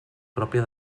pròpia